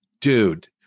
dude